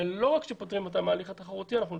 ולא רק שפוטרים אותה מההליך התחרותי אנחנו גם